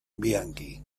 bianchi